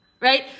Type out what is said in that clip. Right